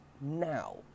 now